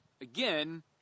again